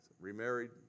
Remarried